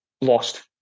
lost